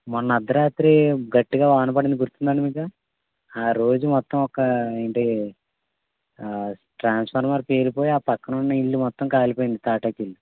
మొన్న అర్థరాత్రి గట్టిగా వాన పడింది గుర్తుందండి మీకు రోజు మొత్తం ఒక ఏంటీ ట్రాన్స్ఫార్మర్ పేలిపోయి పక్కనున్న ఇళ్ళు మొత్తం కాలిపోయింది తాటాకిళ్ళు